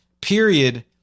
period